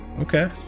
Okay